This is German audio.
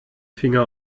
finger